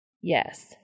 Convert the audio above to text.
Yes